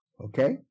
Okay